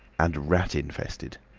and rat infested.